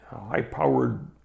high-powered